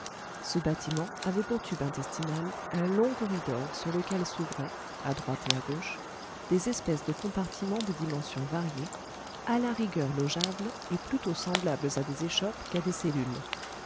ce bâtiment avait pour tube intestinal un long corridor sur lequel s'ouvraient à droite et à gauche des espèces de compartiments de dimensions variées à la rigueur logeables et plutôt semblables à des échoppes qu'à des cellules